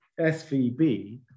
SVB